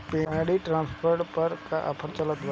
Paddy transplanter पर का offer चलता?